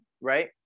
right